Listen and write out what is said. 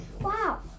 Wow